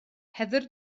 heather